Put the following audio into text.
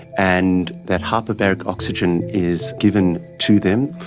and that hyperbaric oxygen is given to them.